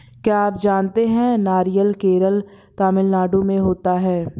क्या आप जानते है नारियल केरल, तमिलनाडू में होता है?